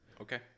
Okay